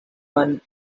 one